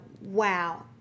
wow